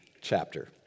chapter